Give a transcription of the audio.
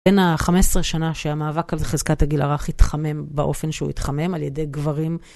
בין ה-15 שנה שהמאבק על חזקת הגיל הרך התחמם באופן שהוא התחמם על ידי גברים.